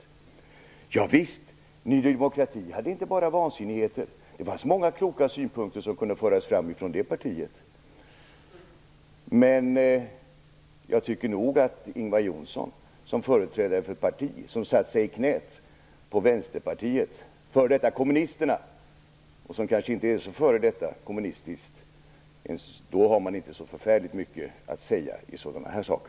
Ja visst, Ny demokrati hade inte bara vansinnigheter, det var många kloka synpunkter som kunde föras fram från det partiet. Jag tycker att Ingvar Johnsson som företrädare för ett parti som satt sig i knät på Vänsterpartiet, f.d. kommunisterna, kanske inte så f.d. kommunistiskt, inte har så förfärligt mycket att säga i sådana här saker.